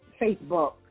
Facebook